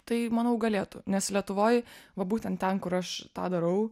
tai manau galėtų nes lietuvoj va būtent ten kur aš tą darau